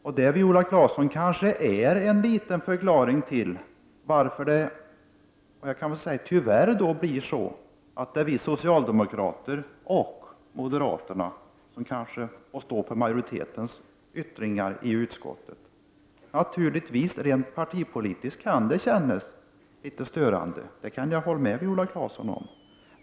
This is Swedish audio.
Och det är, Viola Claesson, kanske en förklaring till att det tyvärr blir så att det är vi socialdemokrater och moderaterna som får stå för majoritetens yttrande i utskottet. Rent partipolitiskt kan det naturligtvis kännas litet störande, det kan jag hålla med Viola Claesson om.